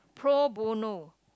pro bono